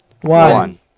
one